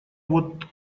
вот